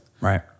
Right